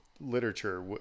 literature